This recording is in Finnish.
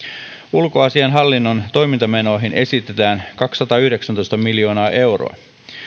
ulkoasiainhallinnon toimintamenoihin esitetään kaksisataayhdeksäntoista miljoonaa euroa